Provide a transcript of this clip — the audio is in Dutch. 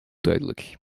duidelijk